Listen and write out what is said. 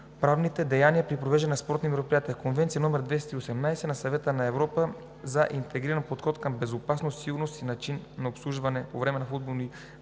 противоправните деяния при провеждането на спортни мероприятия. Конвенция № 218 на Съвета на Европа за интегриран подход към безопасност, сигурност и начин на обслужване по време на футболни мачове и